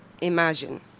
imagine